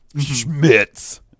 Schmitz